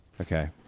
Okay